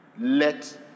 Let